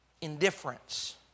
indifference